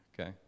Okay